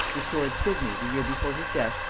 restored sidney, the year before his death,